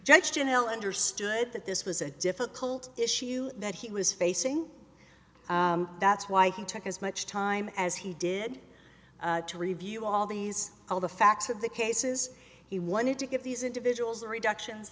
judge genelle understood that this was a difficult issue that he was facing that's why he took as much time as he did to review all these all the facts of the cases he wanted to give these individuals the reductions